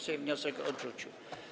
Sejm wniosek odrzucił.